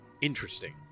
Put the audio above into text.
interesting